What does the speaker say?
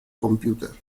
computer